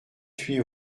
huit